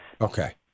Okay